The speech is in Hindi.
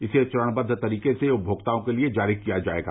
इसे चरणबद्द तरीके से उपभोक्ताओं के लिए जारी किया जायेगा